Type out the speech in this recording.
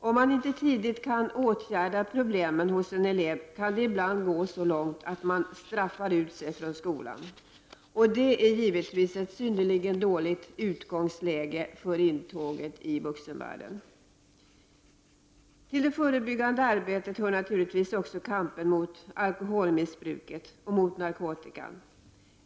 Om skolan inte tidigt kan åtgärda de problem som en elev har, kan det ibland gå så långt att han ”straffar ut sig” från skolan, och det är givetvis ett synnerligen dåligt utgångsläge vid intåget i vuxenvärlden. Till det förebyggande arbetet hör naturligtvis också kampen mot alkoholmissbruket och narkotikan.